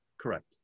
correct